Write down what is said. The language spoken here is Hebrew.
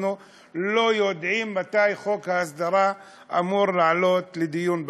אנחנו לא יודעים מתי חוק ההסדרה אמור לעלות לדיון במליאה.